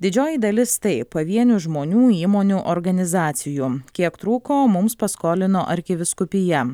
didžioji dalis taip pavienių žmonių įmonių organizacijų kiek trūko mums paskolino arkivyskupija